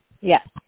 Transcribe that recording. Yes